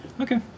Okay